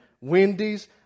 Wendy's